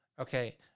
okay